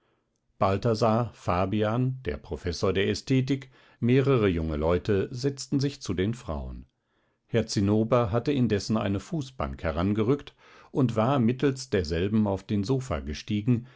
balthasar fabian der professor der ästhetik mehrere junge leute setzten sich zu den frauen herr zinnober hatte sich indessen eine fußbank herangerückt und war mittelst derselben auf den sofa gestiegen